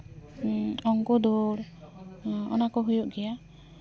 ᱚᱝᱠᱚ ᱫᱳᱲ ᱚᱱᱟ ᱠᱚ ᱦᱩᱭᱩᱜ ᱜᱮᱭᱟ